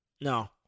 No